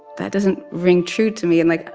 that doesn't ring true to me. and, like,